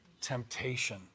Temptation